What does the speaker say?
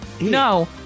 no